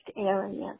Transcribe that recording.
areas